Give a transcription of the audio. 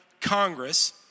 Congress